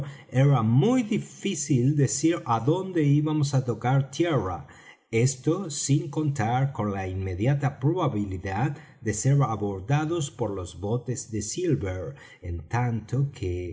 era muy difícil decir á donde íbamos á tocar tierra esto sin contar con la inmediata probabilidad de ser abordados por los botes de silver en tanto que